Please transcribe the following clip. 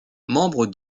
membre